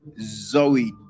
Zoe